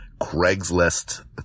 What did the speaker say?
Craigslist